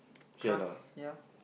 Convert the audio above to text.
trust ya